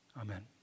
Amen